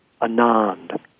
anand